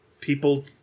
people